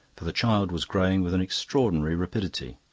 for the child was growing with an extraordinary rapidity.